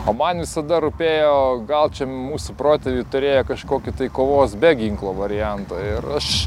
o man visada rūpėjo gal čia mūsų protėviai turėjo kažkokį tai kovos be ginklo variantą ir aš